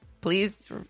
Please